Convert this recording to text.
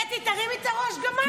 קטי, תרימי את הראש, גם את נחשפת.